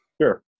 Sure